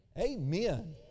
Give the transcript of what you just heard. Amen